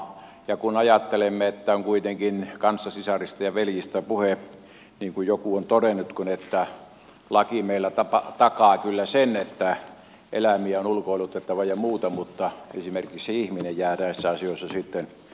ja kun ajattelemme että on kuitenkin kanssasisarista ja veljistä puhe niin kuin joku on todennutkin niin laki meillä takaa kyllä sen että eläimiä on ulkoilutettava ja muuta mutta esimerkiksi ihminen jää näissä asioissa sitten toisarvoiseksi